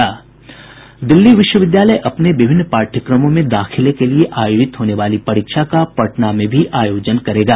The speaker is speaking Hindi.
दिल्ली विश्वविद्यालय अपने विभिन्न पाठयक्रमों में दाखिले के लिए आयोजित होने वाली परीक्षा का पटना में भी आयोजन करेगा